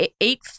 eight